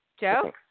Joe